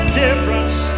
difference